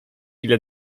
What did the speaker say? ile